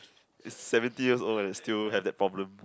it's seventeen years old and still have that problem